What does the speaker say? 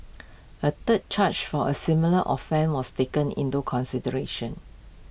A third charge for A similar often was taken into consideration